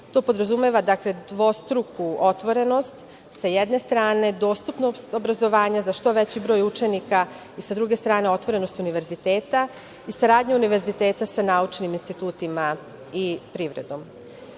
To podrazumeva dvostruku otvorenost sa jedne strane, dostupnost obrazovanja da što veći broj učenika i sa druge strane otvorenost univerziteta i saradnja univerziteta sa naučnim institutima i privredom. Predlogom